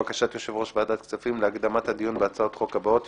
אין בקשת יושב-ראש הכנסת למינוי ממלא מקום בעת היעדרו מן